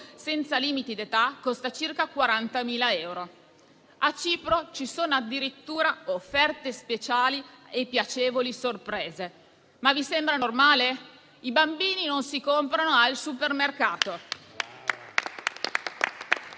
senza limiti d'età, costa circa 40.000 euro. A Cipro ci sono addirittura le offerte speciali e piacevoli sorprese. Vi sembra normale? I bambini non si comprano al supermercato.